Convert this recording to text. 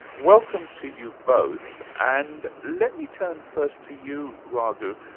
welcome to you both. and let me turn first to you, raghu.